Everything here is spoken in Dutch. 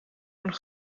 een